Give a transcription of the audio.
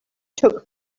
took